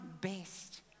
best